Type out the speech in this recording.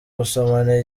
gusomana